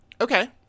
Okay